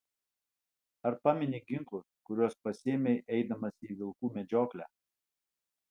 ar pameni ginklus kuriuos pasiėmei eidamas į vilkų medžioklę